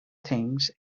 things